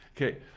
Okay